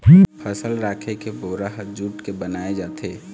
फसल राखे के बोरा ह जूट के बनाए जाथे